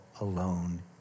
alone